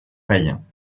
païens